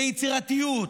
ביצירתיות,